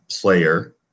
Player